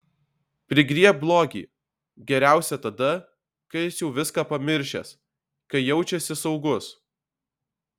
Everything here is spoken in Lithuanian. prigriebk blogį geriausia tada kai jis jau viską pamiršęs kai jaučiasi saugus